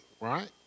Right